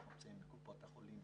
בקופות החולים,